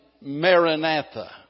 maranatha